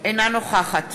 אינה נוכחת